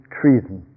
treason